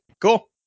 cool